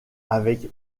avec